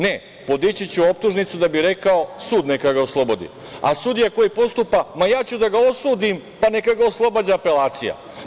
Ne, podići ću optužnicu da bi rekao – sud neka ga oslobodi, a sudija koji postupa – ja ću da ga osudim, pa neka ga oslobađa apelacija.